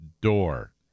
Door